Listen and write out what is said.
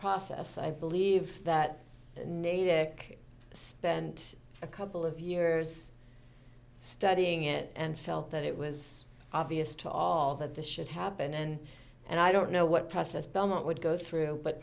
process i believe that natick spent a couple of years studying it and felt that it was obvious to all that this should happen and and i don't know what process belmont would go through but